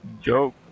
Joke